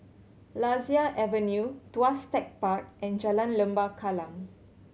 Lasia Avenue Tuas Tech Park and Jalan Lembah Kallang